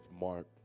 Mark